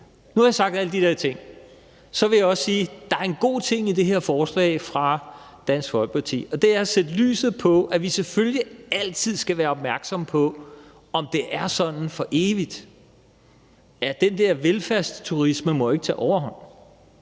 Nu har jeg sagt alle de der ting. Så vil jeg også sige: Der er en god ting i det her forslag fra Dansk Folkeparti, og det er at sætte lys på, at vi selvfølgelig altid skal være opmærksomme på, om det er sådan for evigt. Den der velfærdsturisme må jo ikke tage overhånd,